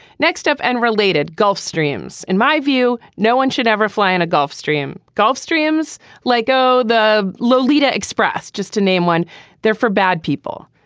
next up, and related gulf streams. in my view, no one should ever fly on a gulf stream. gulf streams let go the lolita express just to name one there for bad people.